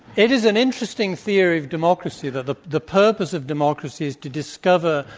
it is an interesting theory of democracy that the the purpose of democracy is to discover,